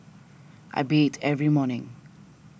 I bathe every morning